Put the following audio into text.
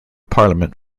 parliament